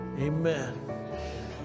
Amen